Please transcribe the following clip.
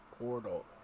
portal